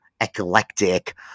eclectic